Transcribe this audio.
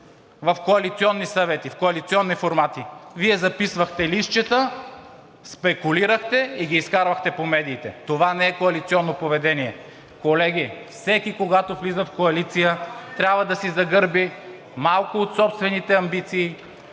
в коалиционни съвети, в коалиционни формати, Вие записвахте на листчета, спекулирахте и ги изкарвахте по медиите! Това не е коалиционно поведение. Колеги, всеки, когато влиза в коалиция, трябва да си загърби малко от собствените амбиции,